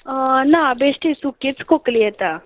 ना बेश्टी सुकीच खोंकली येता